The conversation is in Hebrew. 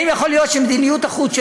האם יכול להיות שמדיניות החוץ של